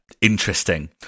interesting